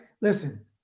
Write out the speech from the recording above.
listen